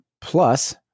plus